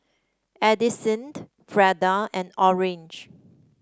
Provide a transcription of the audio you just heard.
Addisyn Freda and Orange